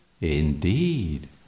Indeed